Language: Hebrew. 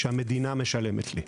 שהמדינה משלמת לי.